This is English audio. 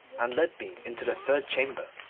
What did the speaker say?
and led me into the third chamber,